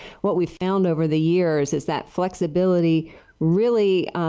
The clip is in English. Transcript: what we found over the years is that flexibilities really,